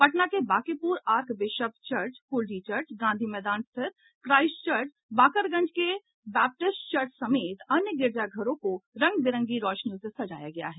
पटना के Bankipur archbishop church Kurji church Gandhi Maidan स्थित Christ church Bakarganj के वैपटिस्ट चर्च समेत अन्य गिरिजाघरों को रंग बिरंगी रौशनी से सजाया गया है